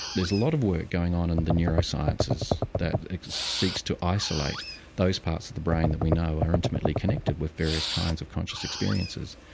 there's a lot of work going on in the neurosciences that seeks to isolate those parts of the brain that we know are intimately connected with various kinds of conscious experiences.